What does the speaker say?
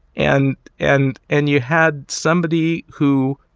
and and and you had somebody who